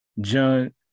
John